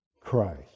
Christ